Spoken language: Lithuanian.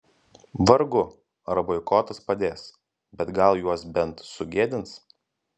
vargu ar boikotas padės bet gal juos bent sugėdins